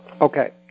okay